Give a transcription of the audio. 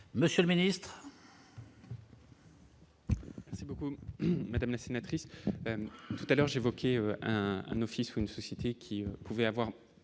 monsieur le ministre. C'est beaucoup, madame la sénatrice tout à l'heure j'évoquais un office, une société qui pouvaient avoir